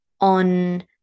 on